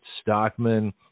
Stockman